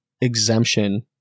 exemption